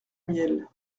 miel